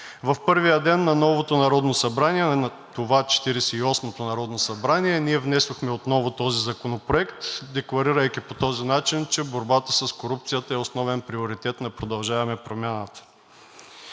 в първия ден на новото Народно събрание – на това Четиридесет и осмо народно събрание, ние внесохме отново този законопроект, декларирайки по този начин, че борбата с корупцията е основен приоритет на „Продължаваме Промяната“.